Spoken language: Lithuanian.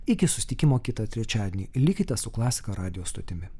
iki susitikimo kitą trečiadienį likite su klasika radijo stotimi